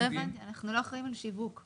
לא הבנתי אנחנו לא אחראים על שיווק.